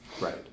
Right